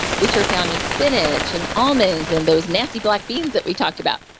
which are found in spinach, in almonds and those nasty black beans that we talked about